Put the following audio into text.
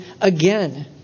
again